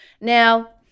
Now